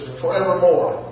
forevermore